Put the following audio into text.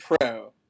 pro